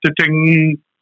ting